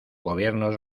gobiernos